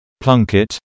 Plunkett